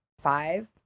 five